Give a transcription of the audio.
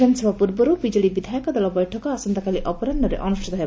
ବିଧାନସଭା ପୂର୍ବରୁ ବିଜେଡି ବିଧାୟକ ଦଳ ବୈଠକ ଆସନ୍ତାକାଲି ଅପରାହରେ ଅନୁଷ୍ଷିତ ହେବ